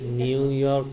New York